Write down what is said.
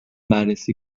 بررسی